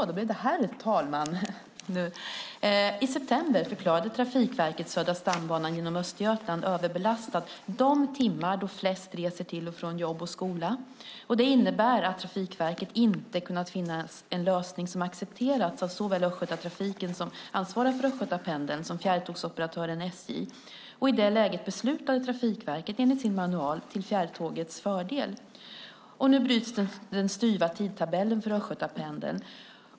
Herr talman! I september förklarade Trafikverket Södra stambanan genom Östergötland överbelastad de timmar då flest reser till och från jobb och skola. Det innebär att Trafikverket inte kunnat finna en lösning som accepteras av såväl Östgötatrafiken som ansvariga för Östgötapendeln och fjärrtågsoperatören SJ. I det läget beslutade Trafikverket, enligt sin manual, till fjärrtågets fördel. Nu bryts den styva tidtabellen för Östgötapendeln.